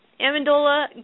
Amendola